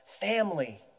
family